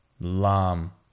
lam